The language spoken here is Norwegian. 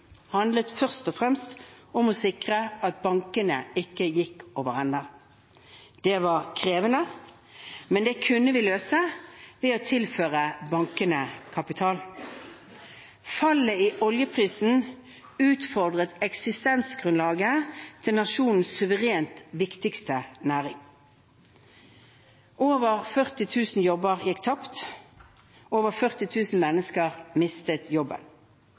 handlet først og fremst om å sikre at bankene ikke gikk over ende. Det var krevende, men det kunne vi løse ved å tilføre bankene kapital. Fallet i oljeprisen utfordret eksistensgrunnlaget til nasjonens suverent viktigste næring. Over 40 000 jobber gikk tapt, over 40 000 mennesker mistet jobben.